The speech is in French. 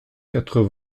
quatre